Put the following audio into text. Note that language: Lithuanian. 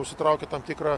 užsitraukia tam tikrą